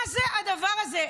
מה זה הדבר הזה?